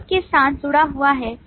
अनुरोध के साथ जुड़ा हुआ है